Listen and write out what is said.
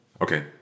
Okay